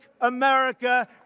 America